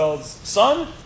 son